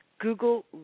Google